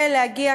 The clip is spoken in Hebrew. ולהגיע,